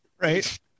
right